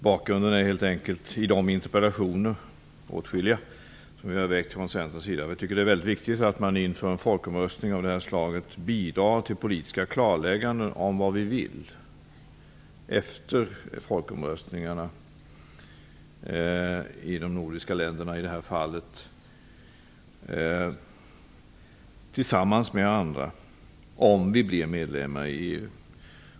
Bakgrunden är helt enkelt de många interpellationer som vi har väckt från centerns sida. Vi tycker det är väldigt viktigt att man inför en folkomröstning av det här slaget bidrar till politiska klarlägganden om vad vi vill efter folkomröstningarna om vi blir medlemmar i EU.